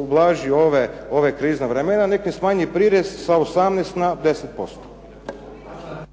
ublaži ova krizna vremena, nek im smanji prirez sa 18 na 10%.